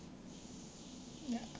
ya